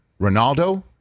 ronaldo